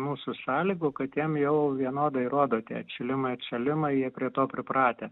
mūsų sąlygų kad jam jau vienodai rodo tie atšilimai atšalimai jie prie to pripratę